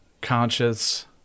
conscious